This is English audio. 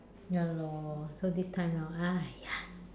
ya lor so this time round !aiya!